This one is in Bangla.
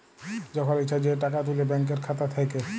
যখল ইছা যে টাকা তুলে ব্যাংকের খাতা থ্যাইকে